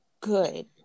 good